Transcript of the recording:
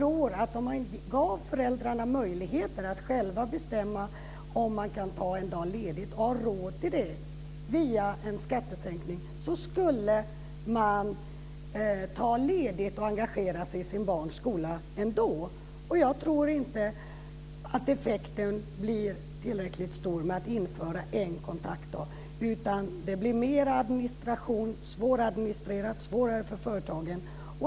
Om man gav föräldrarna möjligheter att själva bestämma om de kan ta en dag ledig, och de har råd till det via en skattesänkning, skulle de ändå ta ledigt och engagera sig i sina barns skola. Jag tror inte att effekten blir tillräckligt stor med att införa en kontaktdag. Det blir svåradministrerat och svårare för företagen.